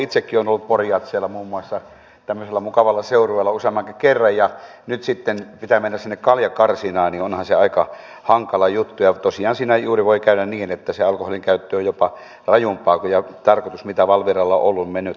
itsekin olen ollut pori jazzeilla muun muassa tämmöisellä mukavalla seurueella useammankin kerran ja nyt kun sitten pitää mennä sinne kaljakarsinaan niin onhan se aika hankala juttu ja tosiaan siinä juuri voi käydä niin että se alkoholinkäyttö jopa on rajumpaa toisin kuin valviran tarkoitus on ollut se on mennyt toiseen suuntaan